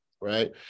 right